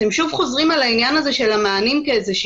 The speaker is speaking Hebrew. אתם שוב חוזרים על העניין הזה של המענים כסיסמה,